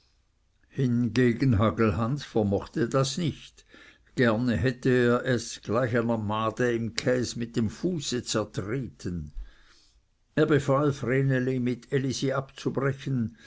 hingegen hagelhans vermochte das nicht gerne hätte er es gleich einer made im käs mit dem fuße zertreten er befahl vreneli mit elisi abzubrechen